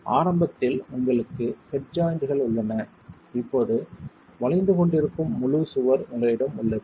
எனவே ஆரம்பத்தில் உங்களுக்கு ஹெட் ஜாய்ண்ட்கள் உள்ளன இப்போது வளைந்து கொண்டிருக்கும் முழு சுவர் உங்களிடம் உள்ளது